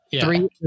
Three